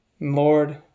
Lord